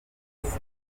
isaha